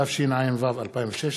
התשע"ו 2016,